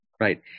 Right